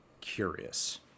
curious